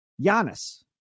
Giannis